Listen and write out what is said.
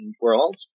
world